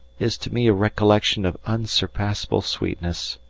is to me a recollection of unsurpassable sweetness,